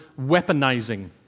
weaponizing